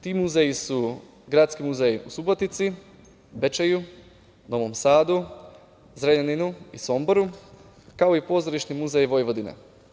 Ti muzeji su Gradski muzej u Subotici, Bečeju, Novom Sadu, Zrenjaninu i Somboru, kao i Pozorišni muzej Vojvodine.